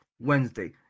Wednesday